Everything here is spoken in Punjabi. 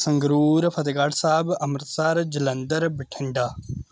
ਸੰਗਰੂਰ ਫਤਿਹਗੜ੍ਹ ਸਾਹਿਬ ਅੰਮ੍ਰਿਤਸਰ ਜਲੰਧਰ ਬਠਿੰਡਾ